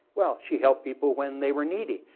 well she helped people when they were needy.